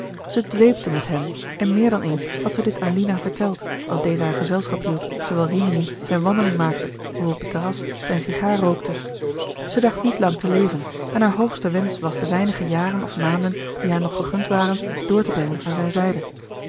zij dweepte met hem en meer dan eens had zij dit aan lina verteld als deze haar gezelschap hield terwijl rimini zijn wandeling maakte of op het terras zijn sigaar rookte zij dacht niet lang te leven en haar hoogste wensch was de weinige jaren of maanden die haar nog gegund waren door te brengen aan zijne zijde